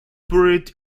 buried